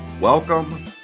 Welcome